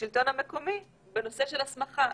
השלטון המקומי בנושא של הסמכה,